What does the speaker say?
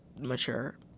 mature